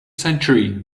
century